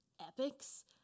epics